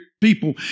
people